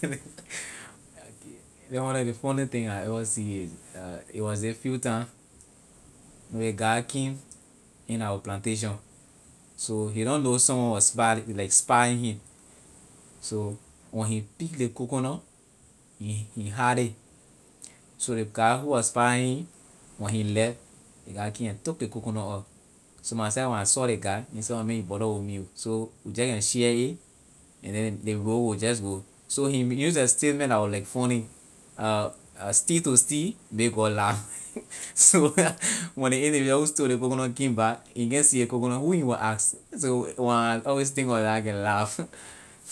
One of the funny thing I ever see is it was this few time ley guy came in our plantation he don't someone was spying like spying him so when he pick the coconut he hide it so the guy who was spying him when he left the guy came and took the coconut out so myself when I saw ley guy he say my man you bother with me ho so we just can share it and then the rogue will just go so he use a statement la was like funny uh steal to steal make god laugh so when the individual who stole ley coconut came back he can't see his coconut who he will ask so when I always think about that I can laugh.